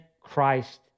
Christ